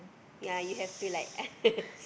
yeah you have to like